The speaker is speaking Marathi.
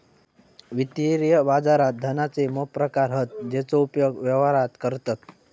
वित्तीय बाजारात धनाचे मोप प्रकार हत जेचो उपयोग व्यवहारात करतत